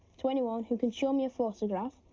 to anyone who can show me a photograph,